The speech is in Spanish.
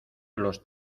los